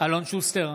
אלון שוסטר,